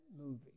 movie